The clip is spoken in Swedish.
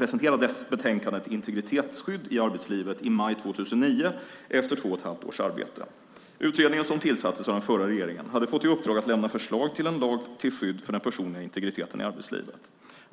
presenterades betänkandet Integritetsskydd i arbetslivet i maj 2009 efter två och ett halvt års arbete. Utredningen som tillsattes av den förra regeringen hade fått i uppdrag att lämna förslag till en lag till skydd för den personliga integriteten i arbetslivet.